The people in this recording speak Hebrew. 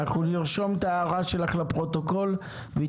אנחנו נרשום את ההערה שלך לפרוטוקול והיא